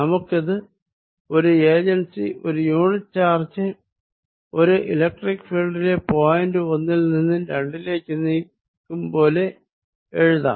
നമുക്കിത് ഒരു ഏജൻസി ഒരു യൂണിറ്റ് ചാർജ് ഒരു ഇലക്ട്രിക്ക് ഫീൽഡിലെ പോയിന്റ് ഒന്നിൽ നിന്നും രണ്ടിലേക്ക് നീക്കും പോലെ എഴുതാം